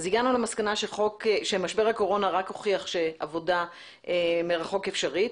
הגענו למסקנה שמשבר הקורונה רק הוכיח שעבודה מרחוק אפשרית,